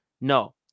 No